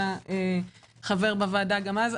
שהיה חבר בוועדה גם אז,